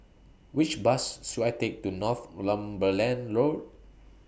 Which Bus should I Take to Northumberland Road